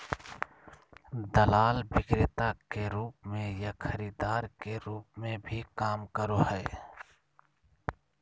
दलाल विक्रेता के रूप में या खरीदार के रूप में भी काम करो हइ